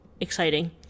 exciting